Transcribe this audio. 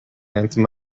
anthem